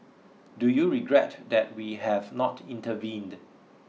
do you regret that we have not intervened